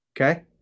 Okay